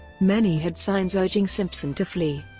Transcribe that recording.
many had signs urging simpson to flee.